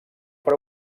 per